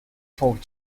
folk